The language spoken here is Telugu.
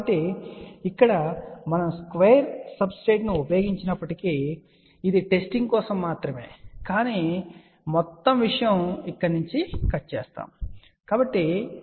కాబట్టి ఇక్కడ మనం స్క్వేర్ సబ్స్టేట్ ఉపయోగించినప్పటికీ ఇది టెస్టింగ్ కోసం మాత్రమే కానీ చివరికి మొత్తం విషయం ఇక్కడ నుండి కట్ చేయబడుతుంది సరే